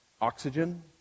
oxygen